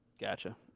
Gotcha